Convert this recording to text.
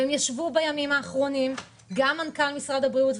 בימים האחרונים ישבו מנכ"ל משרד הבריאות,